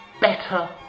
better